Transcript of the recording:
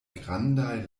grandaj